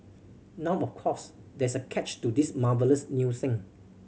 now of course there is a catch to this marvellous new thing